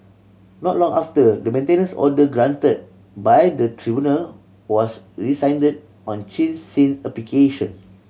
not long after the maintenance order granted by the tribunal was rescinded on Chin Sin application